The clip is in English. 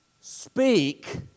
Speak